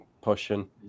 pushing